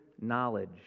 knowledge